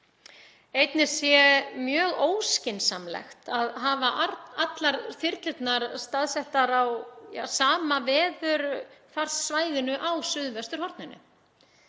Einnig sé mjög óskynsamlegt að hafa allar þyrlurnar staðsettar á sama veðurfarssvæðinu á suðvesturhorninu.